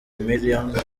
millions